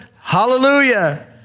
hallelujah